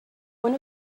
one